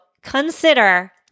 Consider